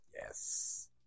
Yes